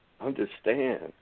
understand